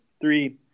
three